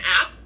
app